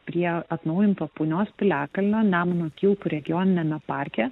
prie atnaujinto punios piliakalnio nemuno kilpų regioniniame parke